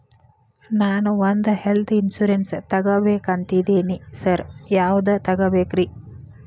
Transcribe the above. ನಾನ್ ಒಂದ್ health insurance ತಗಬೇಕಂತಿದೇನಿ sir ಯಾವದ ತಗಬೇಕ್ರಿ?